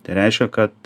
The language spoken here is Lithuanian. tai reiškia kad